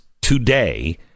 today